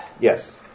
Yes